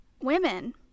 Women